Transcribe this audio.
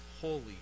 holy